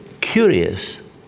curious